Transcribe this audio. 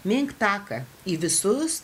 mink taką į visus